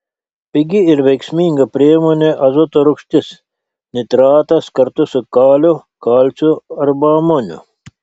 pigi ir veiksminga priemonė azoto rūgštis nitratas kartu su kaliu kalciu arba amoniu